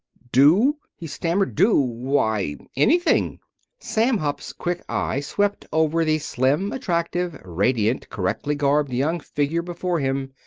do! he stammered. do! why anything sam hupp's quick eye swept over the slim, attractive, radiant, correctly-garbed young figure before him.